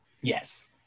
Yes